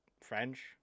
French